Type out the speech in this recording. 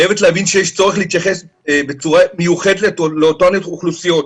חייבת להבין שיש צורך להתייחס בצורה מיוחדת לאותן אוכלוסיות,